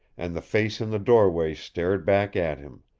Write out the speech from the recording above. and the face in the doorway stared back at him.